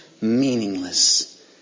meaningless